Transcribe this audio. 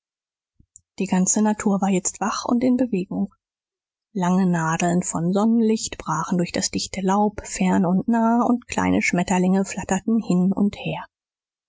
die ganze natur war jetzt wach und in bewegung lange nadeln von sonnenlicht brachen durch das dichte laub fern und nah und kleine schmetterlinge flatterten hin und her